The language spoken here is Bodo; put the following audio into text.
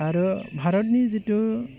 आरो भारतनि जिथु